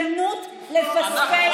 אתם לא מפספסים הזדמנות לפספס הזדמנות.